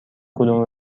کدوم